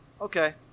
Okay